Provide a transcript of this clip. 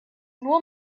nur